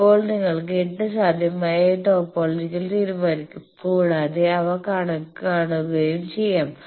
ഇപ്പോൾ നിങ്ങൾക്ക് 8 സാധ്യമായ ടോപ്പോളജികൾ തീരുമാനിക്കാം കൂടാതെ അവ കാണുകയും ചെയാം